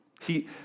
See